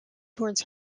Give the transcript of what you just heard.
towards